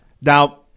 Now